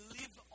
live